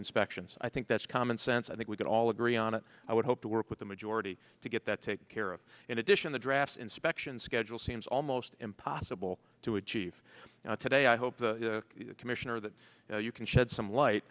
inspections i think that's common sense i think we can all agree on it i would hope to work with the majority to get that taken care of in addition the draft inspection schedule seems almost impossible to achieve today i hope commissioner that you can shed some light